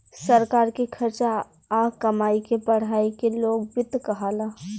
सरकार के खर्चा आ कमाई के पढ़ाई के लोक वित्त कहाला